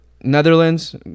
Netherlands